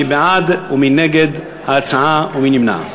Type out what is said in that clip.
מי בעד ומי נגד ההצעה, ומי נמנע?